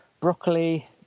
broccoli